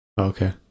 Okay